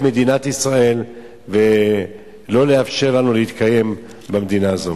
מדינת ישראל ולא לאפשר לנו להתקיים במדינה הזאת.